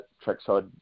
Trackside